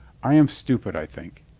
i am stupid, i think.